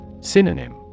Synonym